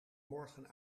morgen